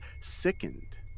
sickened